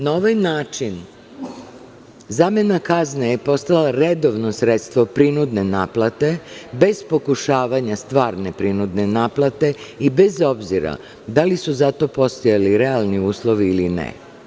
Na ovaj način zamena kazne je postala redovno sredstvo prinudne naplate, bez pokušavanja stvarne prinudne naplate i bez obzira da li su za to postojali realni uslovi ili ne.